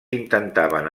intentaven